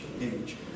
age